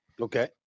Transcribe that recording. Okay